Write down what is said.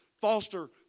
foster